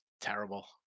Terrible